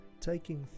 taking